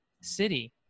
city